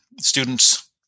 students